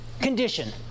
condition